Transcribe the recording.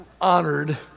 honored